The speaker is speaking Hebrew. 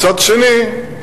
מצד שני,